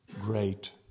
great